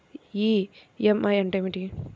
EMI అంటే ఏమిటి?